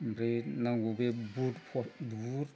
ओमफ्राय नांगौ बे बुथ बुथ